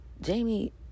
Jamie